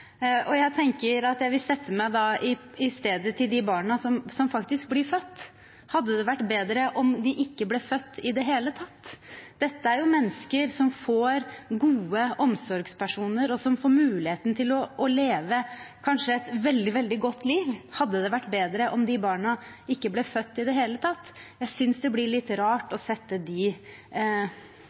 barna. Jeg tenker at jeg vil sette meg i barnas sted, de barna som faktisk blir født: Hadde det vært bedre om de ikke ble født i det hele tatt? Dette er mennesker som får gode omsorgspersoner og får mulighet til å leve et kanskje veldig godt liv. Hadde det vært bedre om de barna ikke ble født i det hele tatt? Jeg synes det blir litt rart å sette de